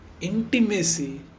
intimacy